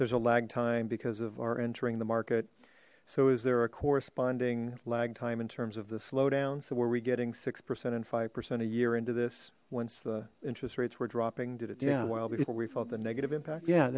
there's a lag time because of our entering the market so is there a corresponding lag time in terms of the slowdown so were we getting six percent and five percent a year into this once the interest rates were dropping did it do well before we felt the negative impacts yeah